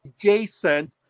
adjacent